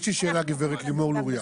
יש לי שאלה, הגברת לימור לוריא.